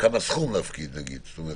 כך וכך וכו'.